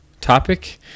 topic